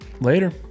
later